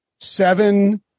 seven